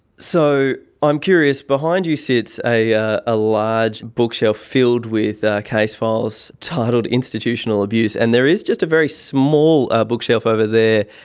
so, i'm curious, behind you sits a ah a large bookshelf filled with case files titled institutional abuse, and there is just a very small bookshelf over there,